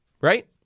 Right